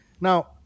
Now